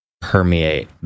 permeate